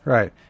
Right